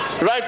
Right